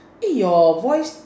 eh your voice